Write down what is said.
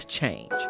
change